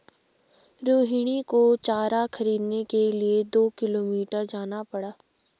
रोहिणी को चारा खरीदने के लिए दो किलोमीटर जाना पड़ा